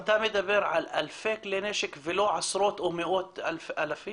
אז אתה מדבר על אלפי כלי נשק ולא עשרות או מאות אלפים?